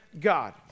God